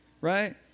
Right